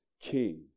King